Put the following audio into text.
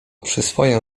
przyswoję